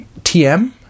tm